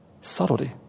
subtlety